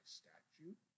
statute